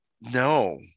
no